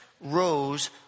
rose